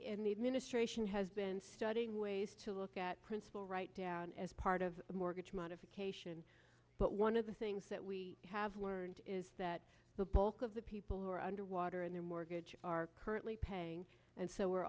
in the administration has been studying ways to look at principal write down as part of a mortgage modification but one of the things that we have learned is that the bulk of the people who are underwater in their mortgage are currently paying and so we're